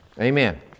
Amen